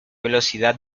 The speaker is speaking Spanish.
velocidad